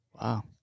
Wow